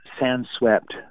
sand-swept